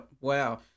Wow